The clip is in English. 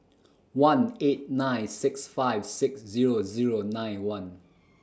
one eight nine six five six Zero Zero nine one